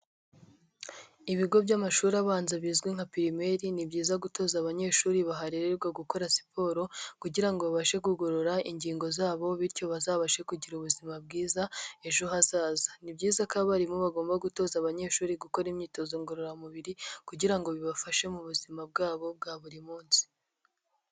Ibigo by'amashuri abanza bizwi nka pirimeri ni byiza gutoza abanyeshuri baharererwa gukora siporo, kugira ngo babashe kugorora ingingo zabo, bityo bazabashe kugira ubuzima bwiza ejo hazaza. Ni byiza ko abarimu bagomba gutoza abanyeshuri gukora imyitozo ngororamubiri, kugira ngo bibafashe mu buzima bwabo bwa buri munsi.